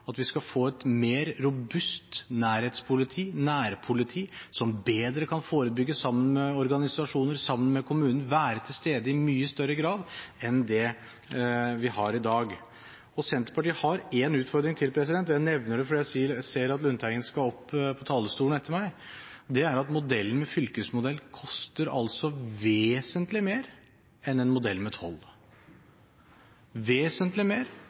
at vi skal få et mer robust nærhetspoliti, nærpoliti, som bedre kan forebygge sammen med organisasjoner, sammen med kommuner, og som vil være til stede i mye større grad enn i dag. Senterpartiet har én utfordring til, og jeg nevner det fordi jeg ser at Lundteigen skal opp på talerstolen etter meg: Modellen med fylkesmodell koster altså vesentlig mer enn en modell med 12 – vesentlig mer.